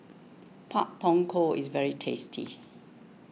Pak Thong Ko is very tasty